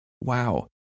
wow